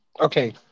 Okay